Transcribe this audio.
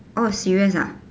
oh serious ah